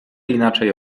inaczej